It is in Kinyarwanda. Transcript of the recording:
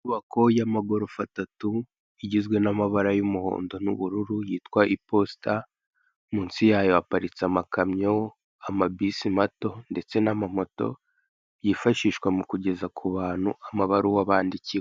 Inyubako y'amagorofa atatu igizwe n'amabara y'umuhondo n'ubururu yitwa iposita, munsi yayo haparitse amakamyo, amabisi mato, ndetse n'amamoto yifashishwa mu kugeza ku bantu amabaruwa abandikiwe.